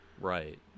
Right